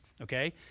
okay